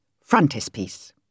Frontispiece